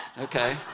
Okay